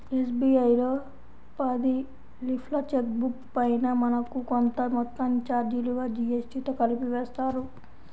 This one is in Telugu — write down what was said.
ఎస్.బీ.ఐ లో పది లీఫ్ల చెక్ బుక్ పైన మనకు కొంత మొత్తాన్ని చార్జీలుగా జీఎస్టీతో కలిపి వేస్తారు